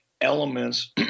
Elements